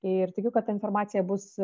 ir tikiu kad ta informacija bus